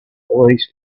police